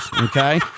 okay